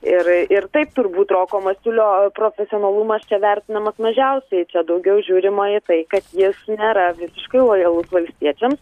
ir ir taip turbūt roko masiulio profesionalumas čia vertinamas mažiausiai čia daugiau žiūrima į tai kad jis nėra visiškai lojalus valstiečiams